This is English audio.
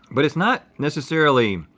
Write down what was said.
but it's not necessarily,